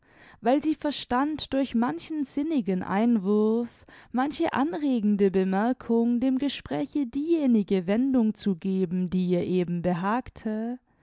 weil sie verstand durch manchen sinnigen einwurf manche anregende bemerkung dem gespräche diejenige wendung zu geben die ihr eben behagte